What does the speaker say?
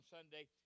Sunday